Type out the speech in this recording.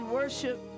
worship